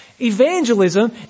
Evangelism